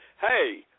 hey